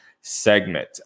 segment